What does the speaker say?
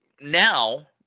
now